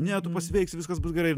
ne tu pasveiksi viskas bus gerai